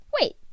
Wait